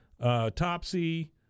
topsy